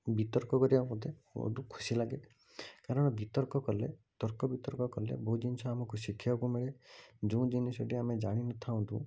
ବିତର୍କ କରିବାକୁ ମୋତେ ବହୁତ ଖୁସି ଲାଗେ କାରଣ ବିତର୍କ କଲେ ତର୍କ ବିତର୍କ କଲେ ବହୁତ ଜିନିଷ ଆମକୁ ଶିଖିବାକୁ ମିଳେ ଯେଉଁ ଜିନିଷଟି ଆମେ ଜାଣିନଥାଉ